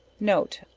note,